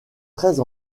treize